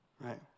right